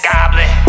Goblin